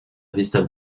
vista